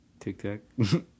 tic-tac